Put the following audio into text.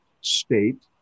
state